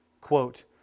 quote